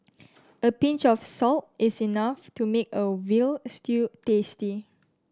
a pinch of salt is enough to make a veal stew tasty